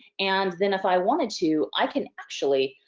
and then if i wanted to i can actually